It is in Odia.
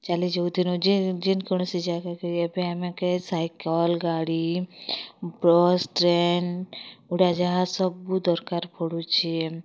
ଚାଲି ଯାଉଥିଲୁଁ ଯେକୌଣସି ଜାଗାକେ ଏବେ ଆମ୍କେ ସାଇକେଲ୍ ଗାଡ଼ି ବସ୍ ଟ୍ରେନ୍ ଉଡ଼ାଜାହାଜ୍ ସବୁ ଦରକାର୍ ପଡ଼ୁଛେ